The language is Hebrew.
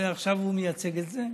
ועכשיו הוא מייצג את זה.